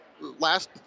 last